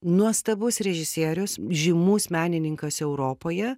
nuostabus režisierius žymus menininkas europoje